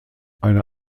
eine